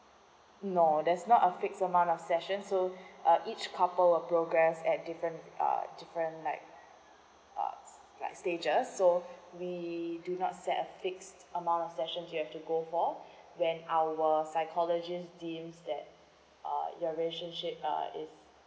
no there's not a fixed amount of session so uh each couple of progress at different uh different like uh like stages so we do not set a fixed amount of session you have to go for when our psychologist deems that uh your relationship uh is